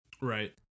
Right